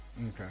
Okay